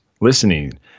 listening